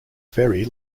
very